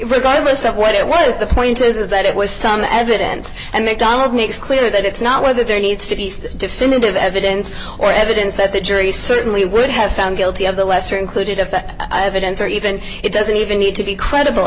regardless of what it was the point is that it was some evidence and the donald makes clear that it's not whether there needs to be definitive evidence or evidence that the jury certainly would have found guilty of the lesser included of evidence or even it doesn't even need to be credible